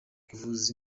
kuvuza